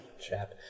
Chap